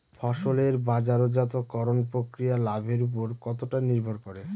ফসলের বাজারজাত করণ প্রক্রিয়া লাভের উপর কতটা নির্ভর করে?